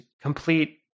complete